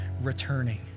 returning